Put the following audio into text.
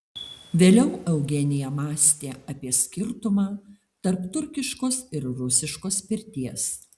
vėliau eugenija mąstė apie skirtumą tarp turkiškos ir rusiškos pirties